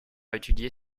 étudier